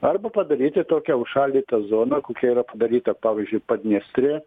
arba padaryti tokią užšaldytą zoną kokia yra padaryta pavyzdžiui padniestrė